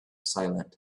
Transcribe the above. silent